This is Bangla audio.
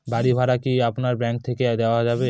বাড়ী ভাড়া কি আপনার ব্যাঙ্ক থেকে দেওয়া যাবে?